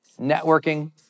networking